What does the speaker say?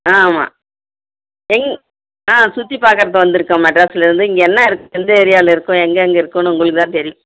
ஆமாம் எங்கே ஆ சுற்றி பார்க்கறது வந்திருக்கோம் மெட்ராஸ்லருந்து இங்கே என்ன இருக் எந்த ஏரியாவில் இருக்கும் எங்கே எங்கே இருக்குதுன்னு உங்களுக்கு தான் தெரியும்